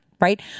Right